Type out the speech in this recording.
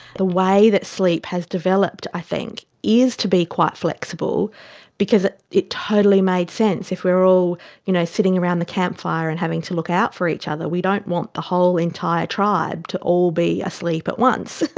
the way that sleep has developed i think is to be quite flexible because it it totally made sense. if we are all you know sitting around the campfire and having to look out for each other, we don't want the whole entire tribe to all be asleep at once.